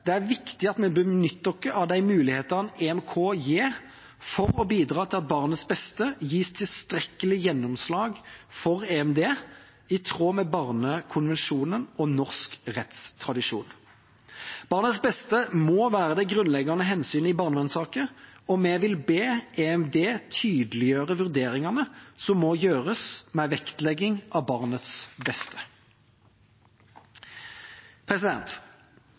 det er viktig at vi benytter oss av de mulighetene EMK gir for å bidra til at barnets beste gis tilstrekkelig gjennomslag for EMD, i tråd med barnekonvensjonen og norsk rettstradisjon. Barnets beste må være det grunnleggende hensynet i barnevernssaker, og vi vil be EMD tydeliggjøre vurderingene som må gjøres ved vektlegging av barnets beste.